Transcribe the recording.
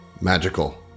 magical